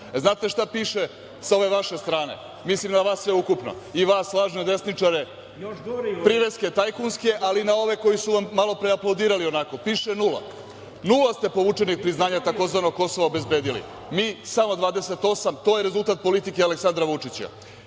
znate šta piše sa ove vaše strane, mislim na vas sve ukupno, i vas lažne desničare, priveske tajkunske, ali i na ove koji su vam malopre aplaudirali onako? Piše nula. Nula ste povučenih priznanja tzv. Kosova obezbedili. Mi samo 28. To je rezultat politike Aleksandra Vučića. Ako